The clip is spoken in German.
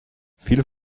viel